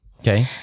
Okay